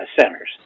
centers